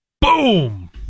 Boom